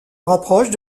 rapproche